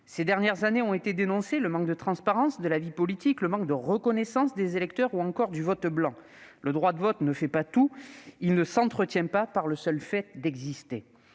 Ces dernières années a été dénoncé le manque de transparence de la vie politique et de reconnaissance des électeurs ou du vote blanc. Le droit de vote ne fait pas tout, il ne s'entretient pas par le seul fait d'exister.